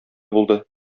булды